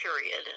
period